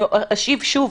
אזכיר שוב,